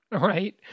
right